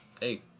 hey